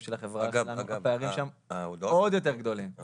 של החברה הערבית כי הפערים שם עוד יותר -- אגב,